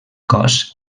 cos